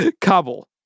Kabul